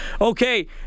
Okay